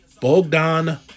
Bogdan